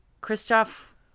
Christoph